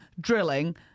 drilling